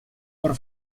por